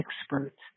experts